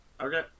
Okay